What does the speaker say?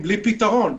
לא בצורה קונסטרוקטיבית,